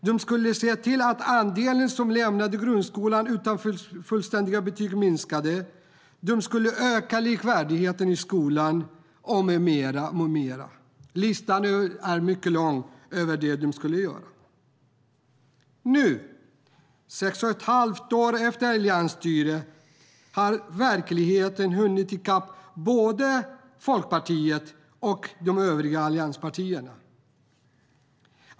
De skulle se till att andelen som lämnade grundskolan utan fullständiga betyg minskade. De skulle öka likvärdigheten i skolan med mera. Listan över det de skulle göra är mycket lång. Nu, efter sex och ett halvt år av alliansstyre, har verkligheten hunnit i kapp både Folkpartiet och de övriga allianspartierna.